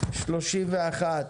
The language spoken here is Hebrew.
31,